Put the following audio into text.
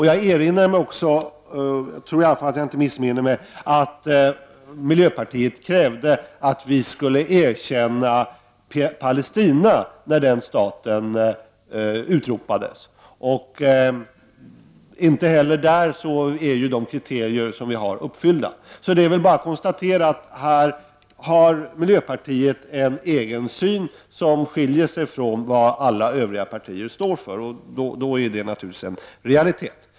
Jag erinrar mig också — jag tror i alla fall inte att jag missminner mig — att miljöpartiet krävde att vi skulle erkänna Palestina när den staten utropades. Inte heller i det fallet är våra kriterier uppfyllda. Det är bara att konstatera att miljöpartiet i denna fråga har en egen syn, som skiljer sig från vad alla övriga partier står för. Då är det naturligtvis en realitet.